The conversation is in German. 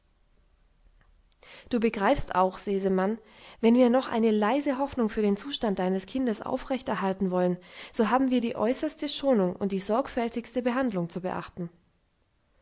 du begreifst auch sesemann wenn wir noch eine leise hoffnung für den zustand deines kindes aufrechterhalten wollen so haben wir die äußerste schonung und die sorgfältigste behandlung zu beobachten